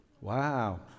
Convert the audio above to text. Wow